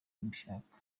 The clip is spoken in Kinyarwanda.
mbishaka